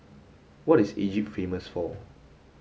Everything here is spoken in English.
what is Egypt famous for